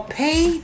pay